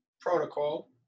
protocol